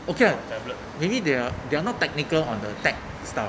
okay [what] maybe they are they're not technical on the tech stuff